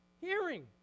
Hearing